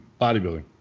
Bodybuilding